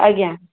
ଆଜ୍ଞା